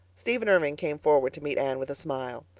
stephen irving came forward to meet anne with a smile.